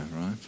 right